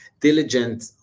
diligent